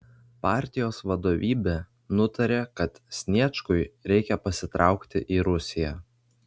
partijos vadovybė nutarė kad sniečkui reikia pasitraukti į rusiją